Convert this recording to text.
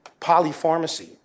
polypharmacy